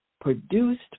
produced